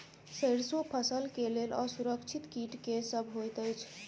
सैरसो फसल केँ लेल असुरक्षित कीट केँ सब होइत अछि?